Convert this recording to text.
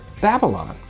Babylon